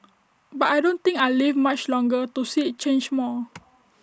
but I don't think I'll live much longer to see IT change more